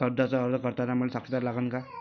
कर्जाचा अर्ज करताना मले साक्षीदार लागन का?